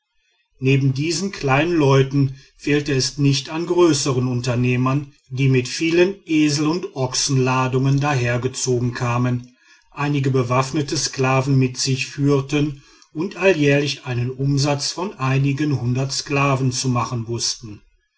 neben diesen kleinen leuten fehlte es nicht an größern unternehmern die mit vielen esel und ochsenladungen dahergezogen kamen eigene bewaffnete sklaven mit sich führten und alljährlich einen umsatz von einigen hundert sklaven zu machen wußten